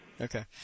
Okay